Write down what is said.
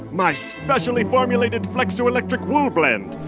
my specially formulated flexoelectric wool blend.